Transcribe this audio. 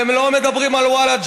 והם לא מדברים על ולג'ה,